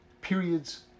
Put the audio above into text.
periods